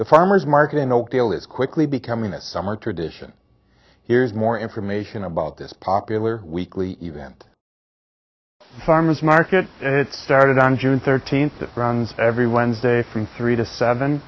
the farmer's market in oakdale is quickly becoming that summer tradition here's more information about this popular weekly event farmer's market and it started on june thirteenth that runs every wednesday from three to seven